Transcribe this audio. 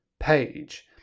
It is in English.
Page